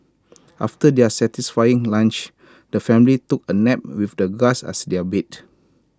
after their satisfying lunch the family took A nap with the grass as their bed